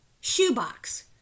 shoebox